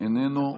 איננו,